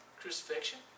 Crucifixion